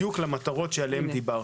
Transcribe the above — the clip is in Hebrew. בדיוק למטרות שעליהן דיברתם.